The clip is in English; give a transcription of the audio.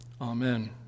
Amen